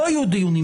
לא יהיו דיונים,